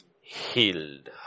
Healed